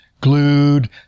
glued